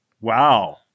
Wow